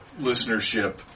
listenership